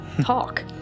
talk